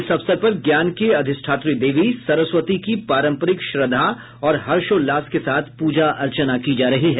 इस अवसर पर ज्ञान की अधिष्ठात्री देवी सरस्वती की पारंपरिक श्रद्धा और हर्षोल्लास के साथ प्रजा अर्चना की जा रही है